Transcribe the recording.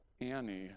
Annie